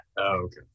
okay